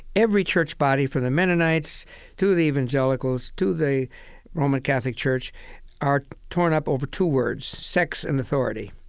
every church body from the mennonites to the evangelicals to the roman catholic church are torn up over two words sex and authority.